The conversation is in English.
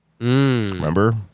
Remember